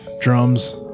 drums